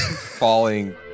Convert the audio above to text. falling